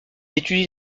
étudie